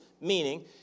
meaning